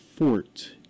Fort